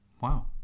Wow